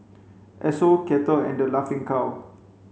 Esso Kettle and Laughing Cow